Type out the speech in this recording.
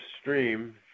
stream